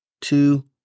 Two